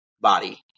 body